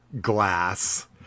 glass